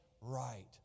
right